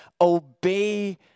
obey